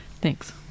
Thanks